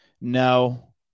no